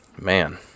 man